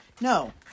No